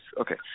okay